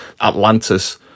Atlantis